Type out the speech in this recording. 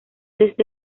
desde